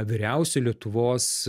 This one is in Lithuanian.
vyriausio lietuvos